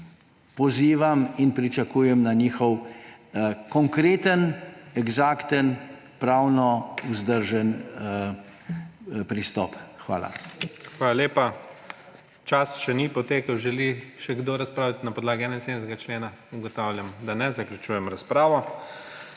pozivam in pričakujem njihov konkreten, eksakten, pravno vzdržen pristop. Hvala. **PREDSEDNIK IGOR ZORČIČ:** Hvala lepa. Čas še ni potekel. Želi še kdo razpravljati na podlagi 71. člena? Ugotavljam, da ne. Zaključujem razpravo.